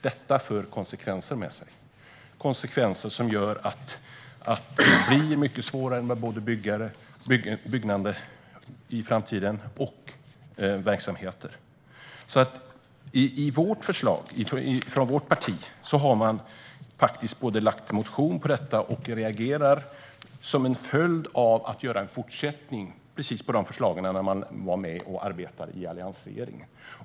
Detta för konsekvenser med sig, konsekvenser som gör att det blir svårare att bygga i framtiden. Från vårt parti har vi väckt en motion i frågan för att vi vill se en fortsättning på de förslag som vi arbetade med i alliansregeringen.